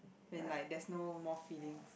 when like there's no more feeling